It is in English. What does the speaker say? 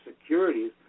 securities